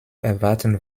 erwarten